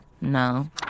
No